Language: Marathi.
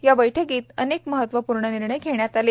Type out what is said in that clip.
या बैठकीत अनेक महत्वपूर्ण निर्णय घेण्यात आले